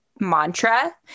mantra